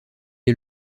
est